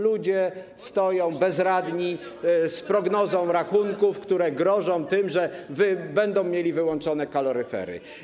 Ludzie stoją bezradni z prognozą rachunków, które grożą tym, że będą mieli wyłączone kaloryfery.